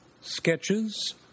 sketches